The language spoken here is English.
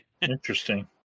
Interesting